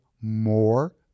more